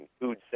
food